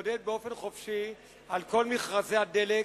להתמודד באופן חופשי על כל מכרזי הדלק,